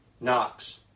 Knox